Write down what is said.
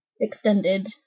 extended